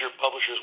publishers